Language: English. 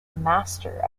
master